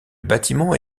bâtiment